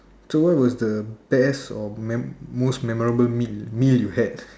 so what was the best or main most memorable meal meal you had